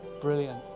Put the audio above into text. Brilliant